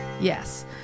Yes